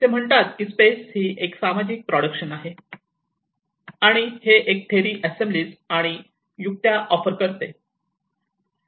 ते म्हणतात की स्पेस ही एक सामाजिक प्रोडक्शन आहे आणि हे एक थेअरी असेंब्लीजेस आणि युक्त्या ऑफर करते